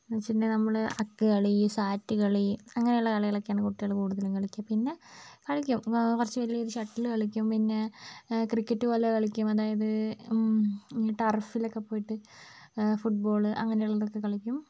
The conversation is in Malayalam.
വെച്ചിട്ടുണ്ടെങ്കിൽ നമ്മൾ അക്ക് കളി സാറ്റ് കളി അങ്ങനെയുള്ള കളികളൊക്കെയാണ് കുട്ടികൾ കൂടുതലും കളിക്കുക പിന്നെ കളിക്കും കൊ കുറച്ച് വലിയവർ ഷട്ടിൽ കളിക്കും പിന്നെ ക്രിക്കറ്റ് പോലെ കളിക്കും അതായത് ഈ ടർഫിലൊക്കെ പോയിട്ട് ഫുട്ബോൾ അങ്ങനെയുള്ളതൊക്കെ കളിക്കും